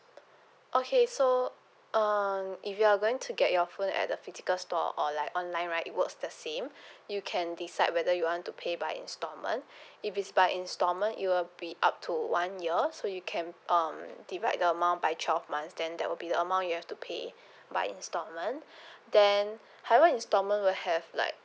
okay so um if you are going to get your phone at the physical store or like online right it works the same you can decide whether you want to pay by installment if it's by installment it will be up to one year so you can um divide the amount by twelve months then that will be the amount you have to pay by installment then however installment will have like